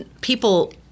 people